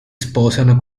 sposano